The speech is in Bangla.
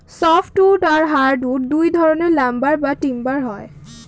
সফ্ট উড আর হার্ড উড দুই ধরনের লাম্বার বা টিম্বার হয়